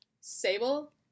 Sable